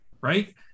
Right